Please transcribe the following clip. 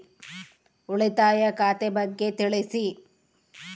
ಉಳಿತಾಯ ಖಾತೆ ಬಗ್ಗೆ ತಿಳಿಸಿ?